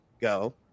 go